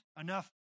enough